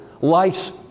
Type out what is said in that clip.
life's